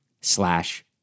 slash